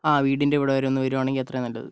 ആ വീടിൻ്റെ ഇവിടെ വരെ ഒന്നു വരുവാണെങ്കിൽ അത്രയും നല്ലത്